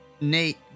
Nate